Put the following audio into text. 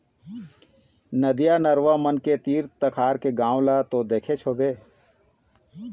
नदिया, नरूवा मन के तीर तखार के गाँव ल तो देखेच होबे